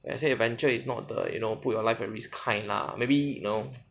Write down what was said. when I say adventure is not the you know put your life at risk kind lah maybe you know